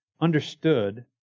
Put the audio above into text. understood